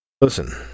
Listen